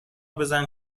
بزن